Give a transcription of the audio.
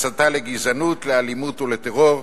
הסתה לגזענות, לאלימות או לטרור,